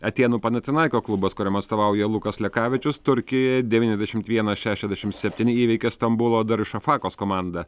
atėnų panatinaiko klubas kuriam atstovauja lukas lekavičius turkijoje devyniasdešimt vienas šešiasdešimt septyni įveikė stambulo darašafakos komandą